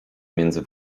między